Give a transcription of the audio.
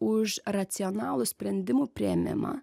už racionalų sprendimų priėmimą